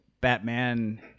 Batman